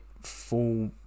Full